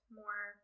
more